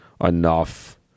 enough